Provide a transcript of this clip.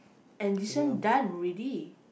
and this one done ready